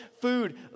food